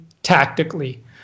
tactically